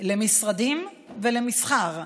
למשרדים ולמסחר.